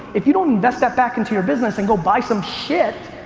if you don't invest that back into your business and go buy some shit,